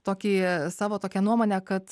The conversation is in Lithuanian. tokį savo tokią nuomonę kad